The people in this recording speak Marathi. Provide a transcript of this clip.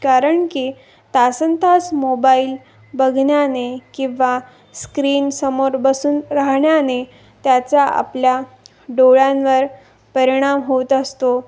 कारण की तासनतास मोबाईल बघण्याने किंवा स्क्रीनसमोर बसून राहण्याने त्याचा आपल्या डोळ्यांवर परिणाम होत असतो